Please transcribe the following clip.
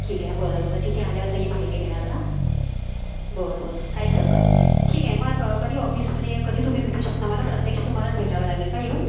ठीक आहे बरं बरं तिथे आल्यावर सगळी माहिती देणार का बरं बरं काहीच हरकत नाही ठीक आहे मग कधी ऑफिसमध्ये कधी तुम्ही भेटू शकता मला प्रत्यक्ष तुम्हालाच भेटावं लागेल का येऊन